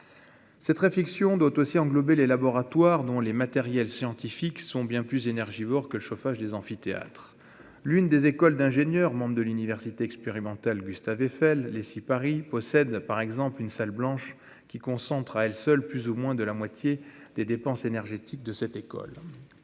Cette réflexion doit aussi englober les laboratoires, dont les matériels scientifiques sont bien plus énergivores que le chauffage des amphithéâtres. Ainsi Esiee Paris, école d'ingénieurs comptant parmi les membres de l'université expérimentale Gustave-Eiffel, possède-t-elle une salle blanche qui concentre à elle seule plus ou moins la moitié des dépenses énergétiques de l'école.